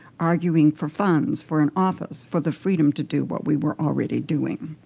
arguing for funds for an office, for the freedom to do what we were already doing.